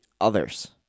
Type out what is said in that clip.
others